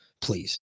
Please